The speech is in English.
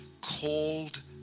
called